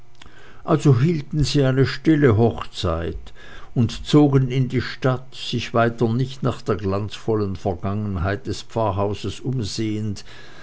also hielten sie eine stille hochzeit und zogen in die stadt sich weiter nicht nach der glanzvollen vergangenheit des pfarrhauses umsehend